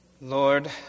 Lord